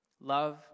love